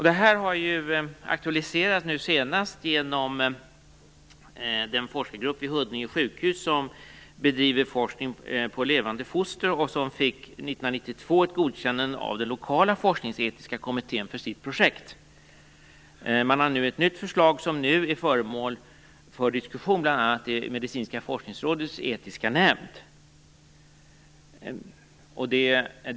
Detta har senast aktualiserats genom den forskargrupp vid Huddinge sjukhus som bedriver forskning på levande foster och som 1992 fick ett godkännande av den lokala forskningsetiska kommittén för sitt projekt. Man har nu ett nytt förslag som för närvarande är föremål för en diskussion, bl.a. i Medicinska forskningsrådets etiska nämnd.